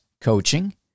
coaching